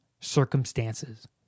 circumstances